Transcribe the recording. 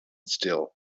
still